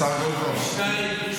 פי שניים,